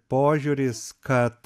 požiūris kad